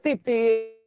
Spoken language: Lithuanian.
taip tai